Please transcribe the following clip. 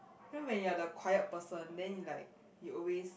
you know when you are the quiet person then you like you always